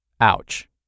Ouch